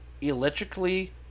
electrically